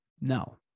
No